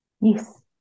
Yes